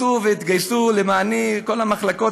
עשו והתגייסו למעני, כל המחלקות.